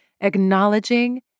acknowledging